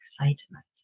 excitement